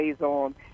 on